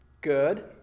good